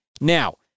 now